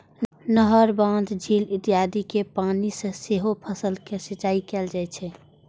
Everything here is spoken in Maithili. नहर, बांध, झील इत्यादिक पानि सं सेहो फसलक सिंचाइ कैल जाइ छै